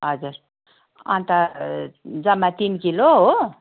हजुर अन्त जम्मा तिन किलो हो